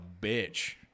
bitch